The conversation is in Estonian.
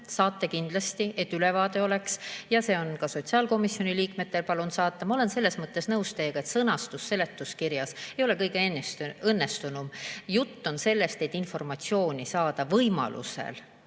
saate kindlasti, et ülevaade oleks, ja palun need ka sotsiaalkomisjoni liikmetele saata. Ma olen selles mõttes nõus teiega, et sõnastus seletuskirjas ei ole kõige õnnestunum. Jutt on sellest, et informatsiooni võiks saada võimaluse